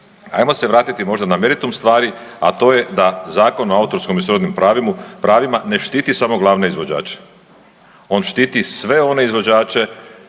ajmo se vratiti možda na meritum stvari, a to je da Zakon o autorskom i srodnim pravima ne štiti samo glavne izvođače. On štiti sve one izvođače